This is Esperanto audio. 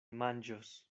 manĝos